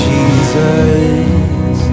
Jesus